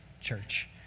church